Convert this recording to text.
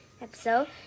episode